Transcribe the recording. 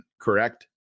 correct